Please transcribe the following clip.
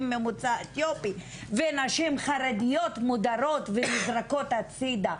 ממוצא אתיופי ונשים חרדיות מודרות ונזרקות הצידה,